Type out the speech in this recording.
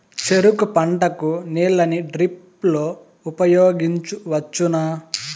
చెరుకు పంట కు నీళ్ళని డ్రిప్ లో ఉపయోగించువచ్చునా?